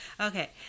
Okay